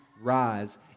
rise